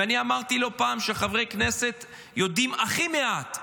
ואני אמרתי לא פעם שחברי הכנסת יודעים הכי מעט.